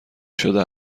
شده